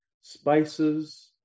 spices